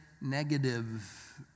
negative